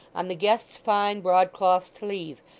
on the guest's fine broadcloth sleeve,